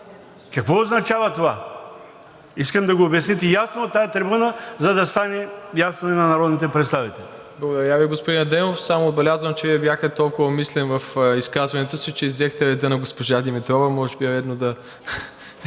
Какво означава това? Искам да го обясните ясно от тази трибуна, за да стане ясно и на народните представители.